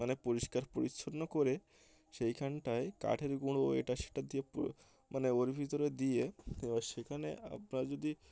মানে পরিষ্কার পরিচ্ছন্ন করে সেইখানটায় কাঠের গুঁড়ো এটা সেটা দিয়ে মানে ওর ভিতরে দিয়ে এবার সেখানে আপনার যদি